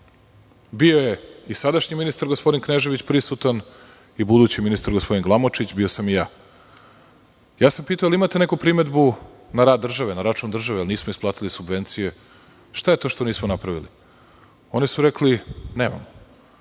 Bio je i sadašnji ministar, gospodin Knežević prisutan i budući ministar, gospodin Glamočić, bio sam i ja. Pitao sam – imate li neku primedbu na rad države, na račun države, jel nismo isplatili subvencije, šta je to što nismo napravili? Oni su rekli – nemamo.